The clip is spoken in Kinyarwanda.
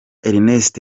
ernest